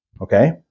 okay